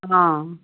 অঁ